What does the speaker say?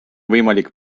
võimalik